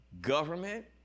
government